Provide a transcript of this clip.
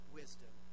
wisdom